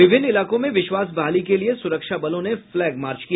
विभिन्न इलाकों में विश्वास बहाली के लिये सुरक्षा बलों ने फ्लैग मार्च किया